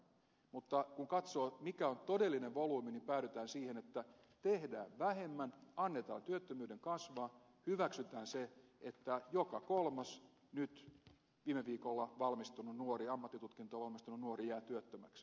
mutta kun katsoo mikä on todellinen volyymi niin päädytään siihen että tehdään vähemmän annetaan työttömyyden kasvaa hyväksytään se että joka kolmas viime viikolla valmistunut nuori ammattitutkintoon valmistunut nuori jää työttömäksi